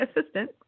assistant